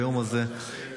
ביום הזה,